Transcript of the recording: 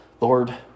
Lord